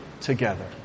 together